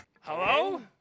Hello